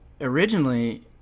originally